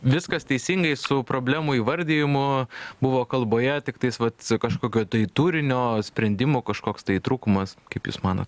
viskas teisingai su problemų įvardijimu buvo kalboje tiktais vat kažkokio tai turinio sprendimų kažkoks tai trūkumas kaip jūs manot